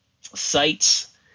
sites